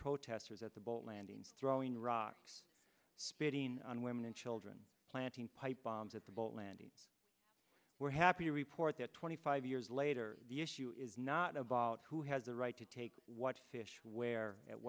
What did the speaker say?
protesters at the boat landings throwing rocks spitting on women and children planting pipe bombs at the boat landing we're happy to report that twenty five years later the issue is not about who has the right to take what fish where at